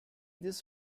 this